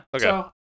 Okay